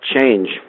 change